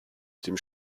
dem